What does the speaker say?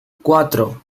cuatro